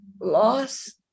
loss